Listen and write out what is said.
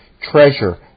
treasure